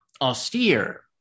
austere